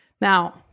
Now